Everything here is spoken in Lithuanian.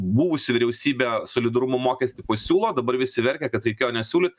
buvusi vyriausybė solidarumo mokestį pasiūlo dabar visi verkia kad reikėjo nesiūlyt